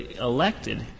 elected